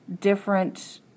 different